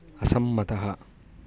असम्मतः